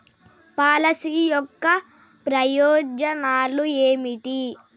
Policy యొక్క ప్రయోజనాలు ఏమిటి?